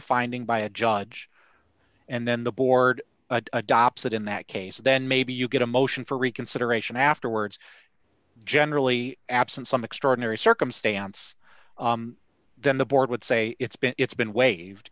a finding by a judge and then the board adopts it in that case then maybe you get a motion for reconsideration afterwards generally absent some extraordinary circumstance then the board would say it's been it's been waived